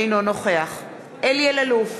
אינו נוכח אלי אלאלוף,